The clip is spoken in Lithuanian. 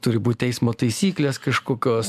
turi būti teismo taisyklės kažkokios